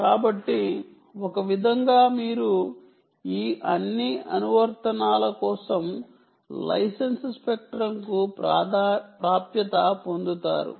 కాబట్టి ఒక విధంగా మీరు ఈ అన్ని అనువర్తనాల కోసం లైసెన్స్ స్పెక్ట్రంకు ప్రాప్యత పొందుతారు